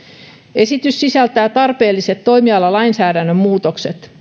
esitys sisältää tarpeelliset toimialalainsäädännön muutokset